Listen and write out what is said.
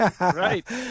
Right